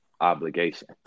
obligation